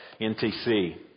ntc